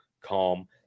calm